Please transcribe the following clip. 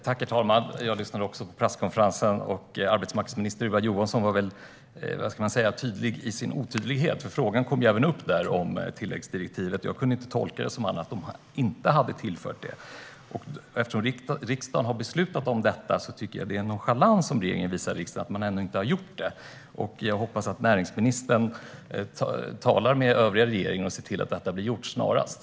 Herr talman! Jag lyssnade också på presskonferensen. Arbetsmarknadsminister Ylva Johansson var tydlig i sin otydlighet - frågan om tillläggsdirektivet kom upp även där, och jag kunde inte tolka det på annat sätt än att man inte har tillfört det. Eftersom riksdagen har beslutat om detta tycker jag att regeringen visar nonchalans mot riksdagen genom att man ännu inte har tillfört tilläggsdirektivet. Jag hoppas att näringsministern talar med den övriga regeringen och ser till att detta blir gjort snarast.